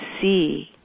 see